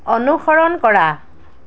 অনুসৰণ কৰা